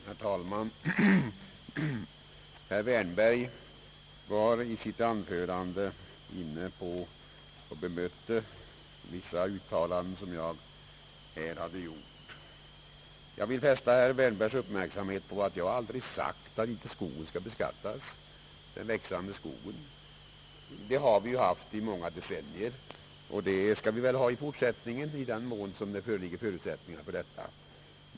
Herr talman! Herr Wärnberg bemötte i sitt anförande vissa uttalanden, som jag här hade gjort. Jag vill fästa hans uppmärksamhet på att jag aldrig har sagt att inte den växande skogen skall beskattas. En sådan beskattning har vi ju haft i många decennier och skall väl ha även i fortsättningen, i den mån förutsättningar föreligger.